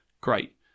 great